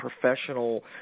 professional